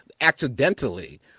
Accidentally